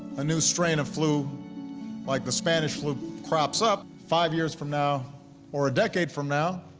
a new strain of flu like the spanish flu crops up, five years from now or a decade from now,